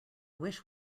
wish